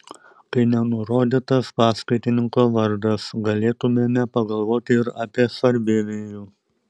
kai nenurodytas paskaitininko vardas galėtumėme pagalvoti ir apie sarbievijų